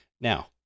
Now